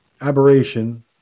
aberration